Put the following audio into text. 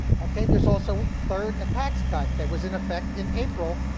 okay, there's also a third, a tax cut that was in effect in april,